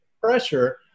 pressure